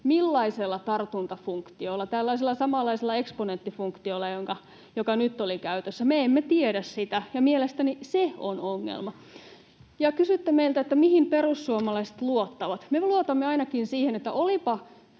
millaisella tartuntafunktiolla: tällaisella samanlaisella eksponenttifunktiolla, joka nyt oli käytössä? Me emme tiedä sitä, ja mielestäni se on ongelma. Ja kysytte meiltä, mihin perussuomalaiset luottavat. Me luotamme ainakin siihen, että olipa